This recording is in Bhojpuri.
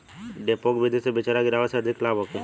डेपोक विधि से बिचरा गिरावे से अधिक लाभ होखे?